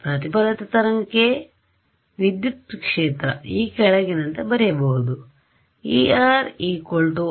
ಪ್ರತಿಫಲಿತ ತರಂಗಕ್ಕೆ ವಿದ್ಯುತ್ ಕ್ಷೇತ್ರ ಈ ಕೆಳಗಿನಂತೆ ಬರೆಯಬಹುದು Er RE0e−jkr